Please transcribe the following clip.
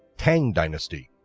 tang dynasty